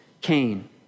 Cain